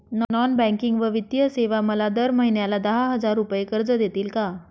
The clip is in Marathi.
नॉन बँकिंग व वित्तीय सेवा मला दर महिन्याला दहा हजार रुपये कर्ज देतील का?